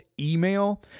email